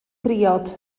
briod